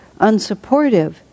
unsupportive